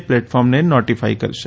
પ્લેટફોર્મને notify કરશે